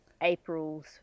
April's